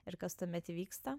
ir kas tuomet įvyksta